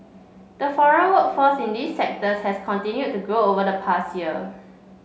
the foreign workforce in these sectors has continued to grow over the past year